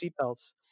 seatbelts